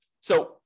So-